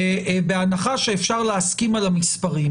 בהנחה שאפשר להסכים על המספרים